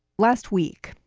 last week,